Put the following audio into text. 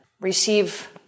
receive